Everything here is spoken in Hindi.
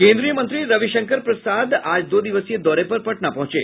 केन्द्रीय मंत्री रविशंकर प्रसाद आज दो दिवसीय दौरे पर पटना पहुंचे